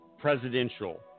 presidential